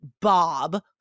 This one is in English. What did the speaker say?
Bob